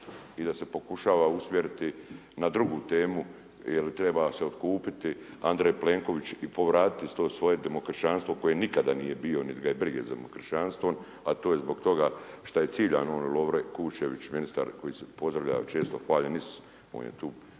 i da se pokušava usmjeriti na drugu temu jer treba se otkupiti Andrej Plenković i povratiti to svoje demokršćanstvo koje nikada nije bio nit ga je brige za demokršćanstvo a to je zbog toga šta je ciljano Lovre Kušćević ministar koji se pozdravlja često Hvaljen Isus, on je tu